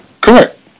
correct